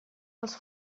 els